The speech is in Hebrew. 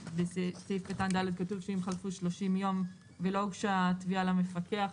שבסעיף קטן (ד) כתוב שאם חלפו 30 יום ולא הוגשה תביעה למפקח,